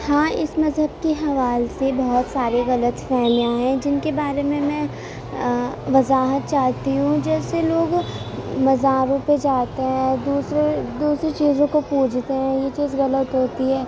ہاں اس مذہب کے حوالے سے بہت ساری غلط فہمیاں ہیں جن کے بارے میں میں وضاحت چاہتی ہوں جیسے لوگ مزاروں پہ جاتے ہیں دوسرے دوسری چیزوں کو پوجتے ہیں یہ چیز غلط ہوتی ہے